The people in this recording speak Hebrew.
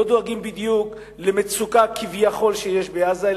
לא דואגים בדיוק למצוקה כביכול שיש בעזה,